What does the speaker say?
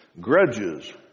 Grudges